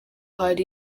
hari